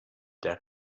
der